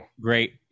great